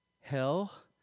Hell